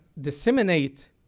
disseminate